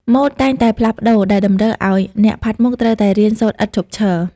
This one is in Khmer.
ម៉ូដតែងតែផ្លាស់ប្តូរ ដែលតម្រូវឱ្យអ្នកផាត់មុខត្រូវតែរៀនសូត្រឥតឈប់ឈរ។